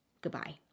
goodbye